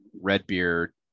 Redbeard